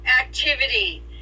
activity